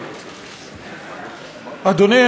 ג'בארין,